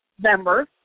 members